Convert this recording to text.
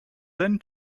then